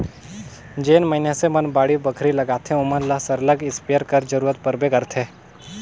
जेन मइनसे मन बाड़ी बखरी लगाथें ओमन ल सरलग इस्पेयर कर जरूरत परबे करथे